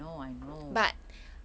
I know I know